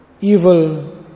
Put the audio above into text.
evil